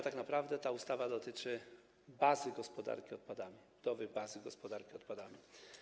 Tak naprawdę ta ustawa dotyczy bazy gospodarki odpadami, budowy bazy gospodarki odpadami.